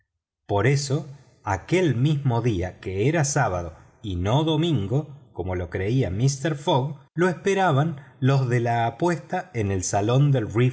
por eso aquel mismo día que era sábado y no domingo como lo creía mister fogg lo esperaban los de la apuesta en el salón del